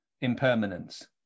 impermanence